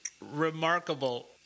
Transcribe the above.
remarkable